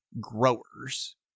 growers